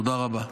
תודה רבה.